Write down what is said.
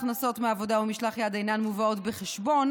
ההכנסות מעבודה ומשלח יד אינן מובאות בחשבון